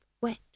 wet